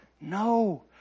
no